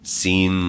seen